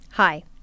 Hi